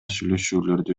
сүйлөшүүлөрдү